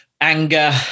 anger